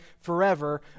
forever